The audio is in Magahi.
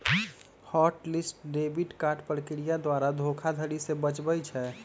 हॉट लिस्ट डेबिट कार्ड प्रक्रिया द्वारा धोखाधड़ी से बचबइ छै